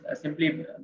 simply